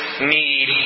need